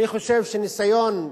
אני חושב שניסיון,